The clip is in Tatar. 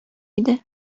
иде